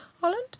Holland